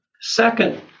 Second